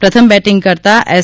પ્રથમ બેટિંગ કરતાં એસ